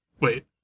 wait